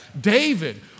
David